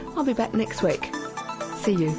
i'll be back next week see